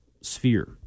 sphere